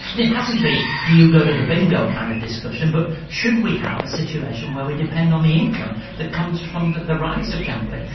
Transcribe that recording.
and it hasn't been, do you go to the bingo kind of discussion but should we have a situation where we depend on the income that comes from the the rise of gambling?